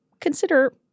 Consider